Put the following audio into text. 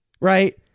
right